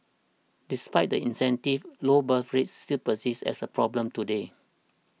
despite the incentives low birth rates still persist as a problem today